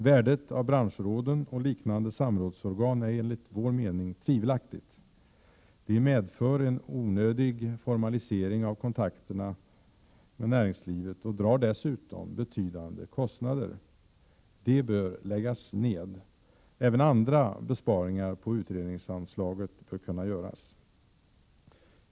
Värdet av branschråden och liknande samrådsorgan är enligt vår mening tvivelaktigt. De medför en onödig formalisering av kontakterna med näringslivet och drar dessutom betydande kostnader. De bör läggas ned. Även andra besparingar på utredningsanslaget bör kunna göras.